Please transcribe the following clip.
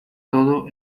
todo